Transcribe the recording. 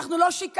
אנחנו לא שיקרנו.